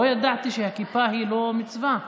לא ידעתי שהכיפה היא לא מצווה,